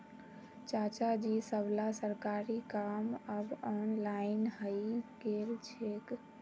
चाचाजी सबला सरकारी काम अब ऑनलाइन हइ गेल छेक